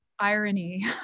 irony